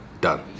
done